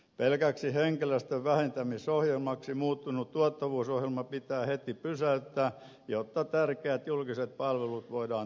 pelkäksi henkilöstön vähentämisohjelmaksi muuttunut tuottavuusohjelma pitää heti pysäyttää jotta tärkeät julkiset palvelut voidaan turvata